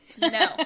No